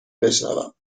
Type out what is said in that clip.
بشنوم